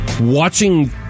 watching